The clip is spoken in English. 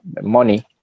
money